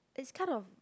it's kind of